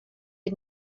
het